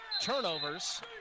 turnovers